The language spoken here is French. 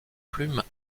plume